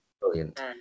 brilliant